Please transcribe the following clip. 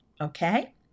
Okay